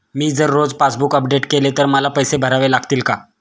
मी जर रोज passbook update केले तर मला पैसे भरावे लागतील का?